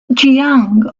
jiang